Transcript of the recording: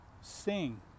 Sing